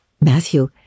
Matthew